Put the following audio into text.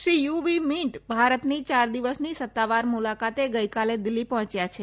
Shri U Win Myint ભારતની ચાર દિવસની સત્તાવાર મુલાકાતે ગઇકાલે દિલ્ઠી પહોચ્યા છે